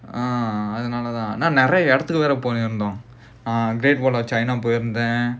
ah அதுனால தான் நான் நிறைய இடத்துக்கு வேற போயிருந்தோம்:adhunaalathaan naan niraiya idathukku vera poirunthom uh great wall of china போயிருந்தேன்:poirunthaen